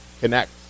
connect